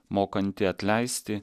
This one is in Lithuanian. mokanti atleisti